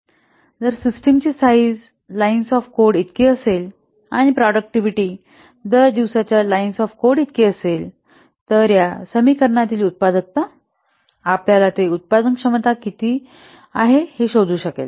तर जर सिस्टमची साईझ लाईन्स ऑफ कोड इतकी असेल आणि प्रोडूकॅटीव्हिटी दर दिवसाच्या लाईन्स ऑफ कोड इतकी असेल तर या समीकरणातील उत्पादकता आपल्याला ते उत्पादन क्षमता किती इतके आहे हे शोधू शकेल